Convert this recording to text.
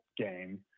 game